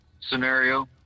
scenario